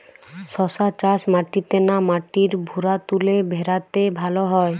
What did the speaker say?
শশা চাষ মাটিতে না মাটির ভুরাতুলে ভেরাতে ভালো হয়?